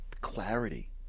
Clarity